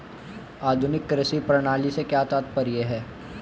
आधुनिक कृषि प्रणाली से क्या तात्पर्य है?